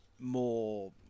more